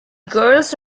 girls